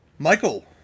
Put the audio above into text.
Michael